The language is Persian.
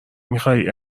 میخوای